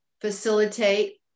facilitate